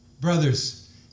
Brothers